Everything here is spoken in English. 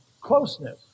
closeness